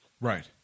Right